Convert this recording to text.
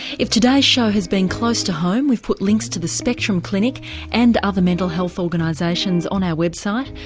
if today's show has been close to home we've put links to the spectrum clinic and other mental health organisations on our website.